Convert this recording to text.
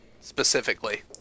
specifically